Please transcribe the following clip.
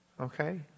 okay